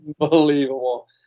Unbelievable